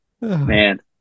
man